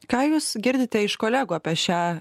ką jūs girdite iš kolegų apie šią